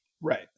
right